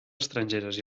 estrangeres